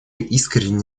искренне